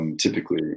Typically